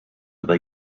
are